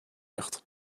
nicht